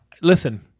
listen